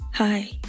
Hi